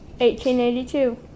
1882